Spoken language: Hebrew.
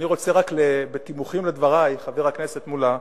אני רוצה רק בתימוכין לדברי, חבר הכנסת מולה,